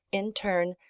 in turn,